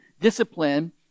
discipline